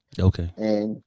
Okay